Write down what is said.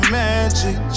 magic